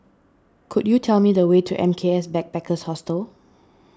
could you tell me the way to M K S Backpackers Hostel